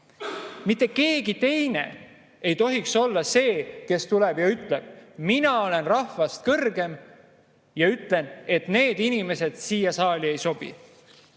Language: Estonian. Mitte keegi teine ei tohiks olla see, kes tuleb ja ütleb, et mina olen rahvast kõrgem ja ütlen, et need inimesed siia saali ei sobi.